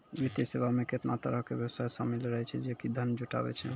वित्तीय सेवा मे केतना तरहो के व्यवसाय शामिल रहै छै जे कि धन जुटाबै छै